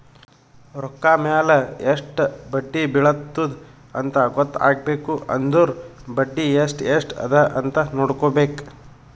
ರೊಕ್ಕಾ ಮ್ಯಾಲ ಎಸ್ಟ್ ಬಡ್ಡಿ ಬಿಳತ್ತುದ ಅಂತ್ ಗೊತ್ತ ಆಗ್ಬೇಕು ಅಂದುರ್ ಬಡ್ಡಿ ಎಸ್ಟ್ ಎಸ್ಟ್ ಅದ ಅಂತ್ ನೊಡ್ಕೋಬೇಕ್